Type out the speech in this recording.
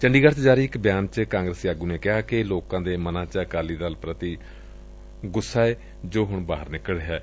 ਚੰਡੀਗੜ ਚ ਜਾਰੀ ਇਕ ਬਿਆਨ ਚ ਕਾਗਰਸੀ ਆਗੁ ਨੇ ਕਿਹਾ ਕਿ ਲੋਕਾ ਦੇ ਮਨਾ ਚ ਅਕਾਲੀ ਦਲ ਪ੍ਰਤੀ ਬਹੁਤ ਗੁੱਸਾ ਏ ਜੋ ਹੁਣ ਬਾਹਰ ਨਿਕਲ ਰਿਹੈ